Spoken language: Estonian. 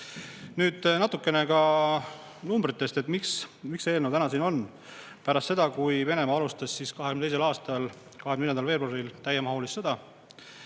Nüüd natukene ka numbritest, miks see eelnõu täna siin on. Pärast seda, kui Venemaa alustas 2022. aasta 24. veebruaril täiemahulist sõda